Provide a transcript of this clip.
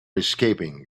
escaping